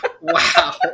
Wow